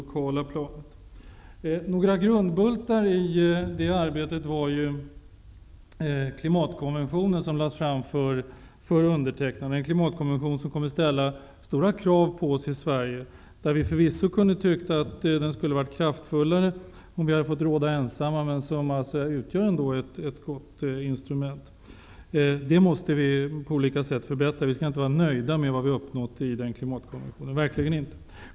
En av grundbultarna i det arbetet var den klimatkonventionen som lades fram för undertecknande. Klimatkonventionen kommer att ställa stora krav på oss i Sverige. Man kan förvisso tycka att konventionen skulle ha varit kraftfullare om vi hade fått råda ensamma, men den är ändock ett bra instrument. Det här måste förbättras på olika sätt. Vi kan inte bara vara nöjda med vad vi har uppnått i den klimatkonventionen.